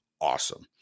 awesome